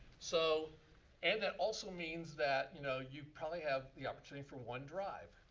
so and that also means that you know you probably have the opportunity for one drive.